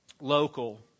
local